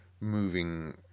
moving